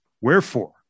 Wherefore